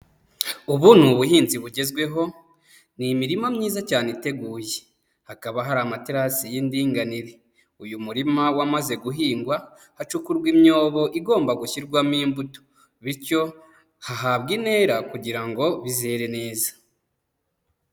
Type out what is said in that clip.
Ubu ni ubuhinzi bugezweho ni imirima myiza cyane iteguye hakaba hari amatarasi y'indinganire. Uyu murima wamaze guhingwa hacukurwa imyobo igomba gushyirwamo imbuto bityo hahabwa intera kugira ngo bizere neza.